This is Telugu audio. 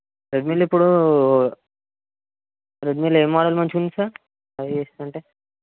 రెడ్మీలో ఇప్పుడు రెడ్మీలో ఏ మోడల్ మంచిగా ఉంది సార్ ఫైవ్ ఎక్స్ అంటే